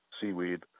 seaweed